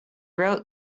wrote